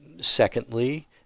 secondly